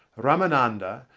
ramananda,